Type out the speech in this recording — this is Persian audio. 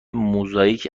موزاییک